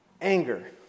Anger